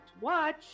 watch